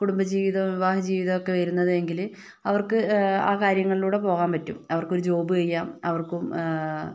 കുടുംബ ജീവിതവും വിവാഹ ജീവിതവും ഒക്കെ വരുന്നത് എങ്കില് അവർക്ക് ആ കാര്യങ്ങളിലൂടെ പോവാൻ പറ്റും അവർക്ക് ഒരു ജോബ് ചെയ്യാം അവർക്ക്